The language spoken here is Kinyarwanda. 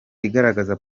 igaragaza